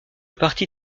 parti